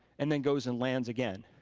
and then goes and lands again.